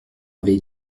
avait